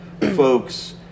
folks